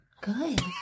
Good